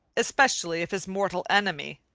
especially if his mortal enemy,